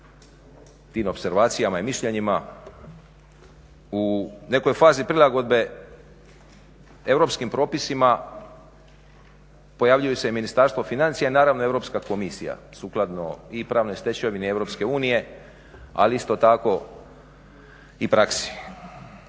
tim opservacijama i mišljenjima. U nekoj fazi prilagodbe europskim propisima pojavljuju se i Ministarstvo financija i naravno Europska komisija, sukladno i pravnoj stečevini Europske unije, ali isto tako i praksi.